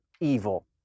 evil